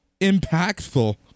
impactful